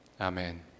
Amen